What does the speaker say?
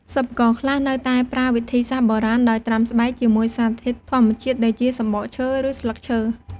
សិប្បករខ្លះនៅតែប្រើវិធីសាស្រ្តបុរាណដោយត្រាំស្បែកជាមួយសារធាតុធម្មជាតិដូចជា សំបកឈើ ឬស្លឹកឈើ។